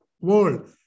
world